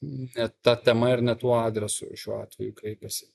ne ta tema ir ne tuo adresu šiuo atveju kreipėsi